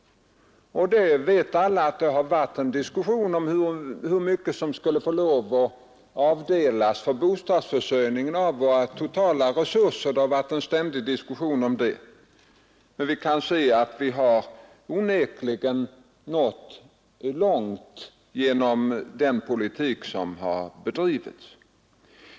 Alla vet att det varit en diskussion om hur mycket som skulle få avdelas för bostadsförsörjningen av våra totala resurser. Det har pågått en ständig diskussion om det. Vi kan nu se påtaliga resultat av den mycket målmedvetna bostadspolitik som vi har fört.